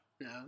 No